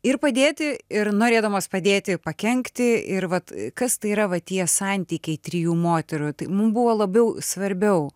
ir padėti ir norėdamos padėti pakenkti ir vat kas tai yra va tie santykiai trijų moterų tai mum buvo labiau svarbiau